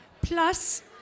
Plus